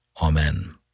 Amen